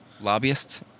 Lobbyists